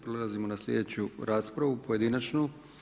Prelazimo na sljedeću raspravu pojedinačnu.